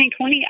2020